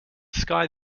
sky